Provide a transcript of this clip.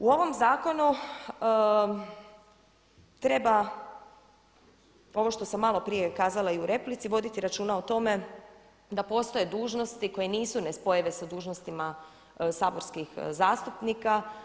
U ovom zakonu treba, ovo što sam malo prije kazala i u replici, voditi računa o tome da postoje dužnosti koje nisu nespojive sa dužnostima saborskih zastupnika.